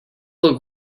look